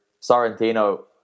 Sorrentino